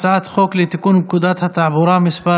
הצעת חוק לתיקון פקודת התעבורה (מס'